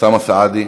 אוסאמה סעדי,